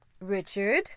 Richard